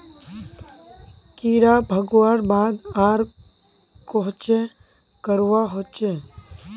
कीड़ा भगवार बाद आर कोहचे करवा होचए?